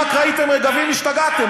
רק ראיתם "רגבים" השתגעתם.